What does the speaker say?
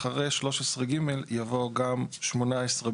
אחרי 13(ג) יבוא גם 18(ב),